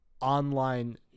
online